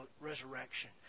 resurrection